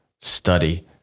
study